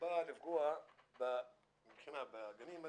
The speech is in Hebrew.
גנים לאומיים,